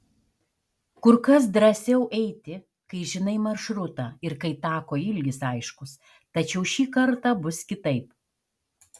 kur kas drąsiau eiti kai žinai maršrutą ir kai tako ilgis aiškus tačiau šį kartą bus kitaip